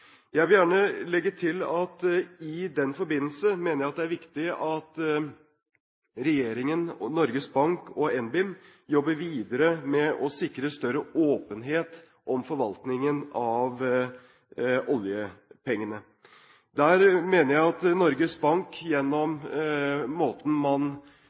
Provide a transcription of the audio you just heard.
Jeg vil gjerne legge til at jeg i den forbindelse mener at det er viktig at regjeringen, Norges Bank og NBIM jobber videre med å sikre større åpenhet om forvaltningen av oljepengene. Der mener jeg at Norges Bank gjennom måten man